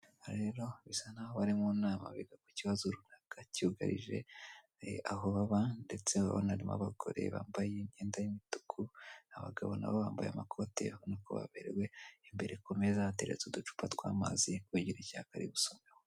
Aha rero bisa n'abari mu nama biga ku kibazo runaka cyugarije aho baba, ndetse barimo abagore bambaye imyenda y'imituku, abagabo nabo bambaye amakoti abona ko baberewe imbere ku meza bateretse uducupa tw'amazi bagira icyayaka ari gusoma.